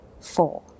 four